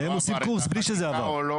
הם עושים קורס בלי שזה עבר.